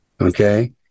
Okay